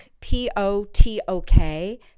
P-O-T-O-K